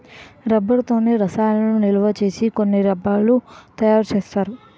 rubber తోనే రసాయనాలను నిలవసేసి కొన్ని డబ్బాలు తయారు చేస్తారు